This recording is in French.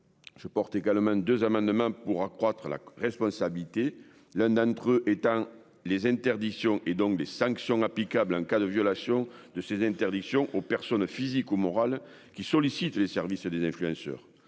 Je porte également 2 amendements pour accroître la responsabilité. L'un d'entre eux étant les interdictions et donc des sanctions applicables en cas de violation de ces interdictions aux personnes physiques ou morales qui sollicitent les services des influenceurs